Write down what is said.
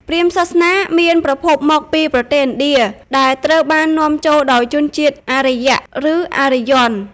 ព្រាហ្មណ៍សាសនា មានប្រភពមកពីប្រទេសឥណ្ឌា ដែលត្រូវបាននាំចូលដោយជនជាតិ អារ្យ (Arya) ឬ អារ្យ័ន (Aryan)។